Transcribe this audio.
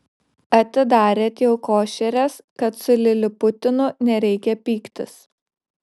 atidarėt jau košeres kad su liliputinu nereikia pyktis